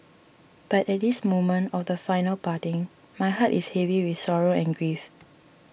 but at this moment of the final parting my heart is heavy with sorrow and grief